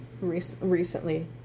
recently